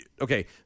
okay